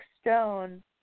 stone